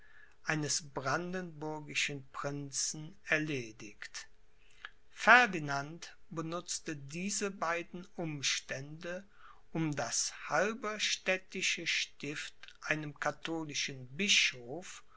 eines brandenburgischen prinzen erledigt ferdinand benutzte diese beiden umstände um das halberstädtische stift einem katholischen